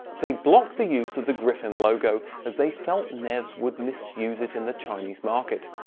they blocked the use of the griffin logo, as they felt nevs would misuse it in the chinese market.